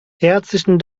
herzlichen